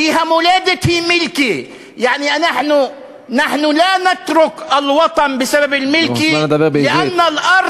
כי המולדת היא מילקי (אומר את הדברים בשפה הערבית).